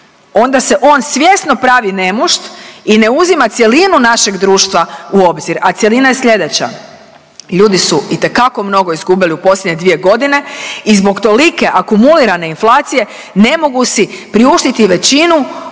onda se on svjesno pravi nemušt i ne uzima cjelinu našeg društva u obzir, a cjelina je sljedeća. Ljudi su itekako mnogo izgubili u posljednje dvije godine i zbog tolike akumulirane inflacije ne mogu si priuštiti većinu